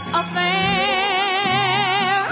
affair